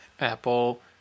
Apple